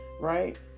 right